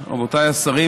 בסדר-היום,